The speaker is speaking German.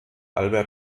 albert